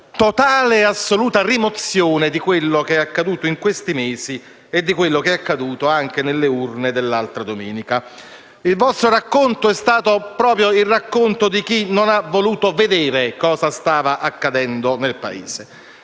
totale e assoluta rimozione di quello che è accaduto in questi mesi e di quello che è accaduto nelle urne di domenica 4 dicembre. Il vostro racconto è stato quello di chi non ha voluto vedere cosa stava accadendo nel Paese,